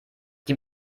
die